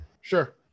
Sure